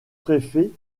préfet